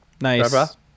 Nice